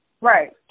Right